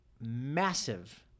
massive